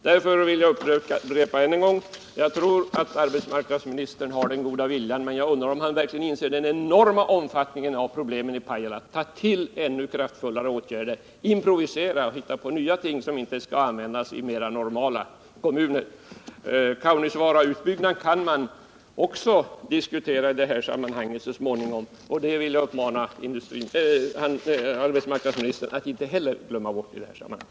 129 Jag upprepar att jag visserligen tror att arbetsmarknadsministern har den goda viljan men att jag undrar om han verkligen inser den enorma omfattning som problemen i Pajala har. Sätt in ännu kraftfullare åtgärder! Improvisera och hitta på andra grepp, som inte behöver tas i andra och mera normala kommuner! Också Kaunisvaarautbyggnaden kan diskuteras i detta sammanhang så småningom, och jag vill uppmana arbetsmarknadsministern att inte glömma bort den i detta sammanhang.